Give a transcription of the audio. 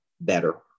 better